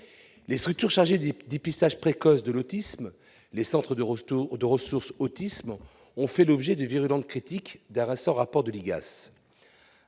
Les structures chargées du dépistage précoce de l'autisme, les centres de ressources autisme, ou CRA, ont fait l'objet de virulentes critiques dans un récent rapport de